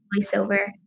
Voiceover